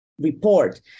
report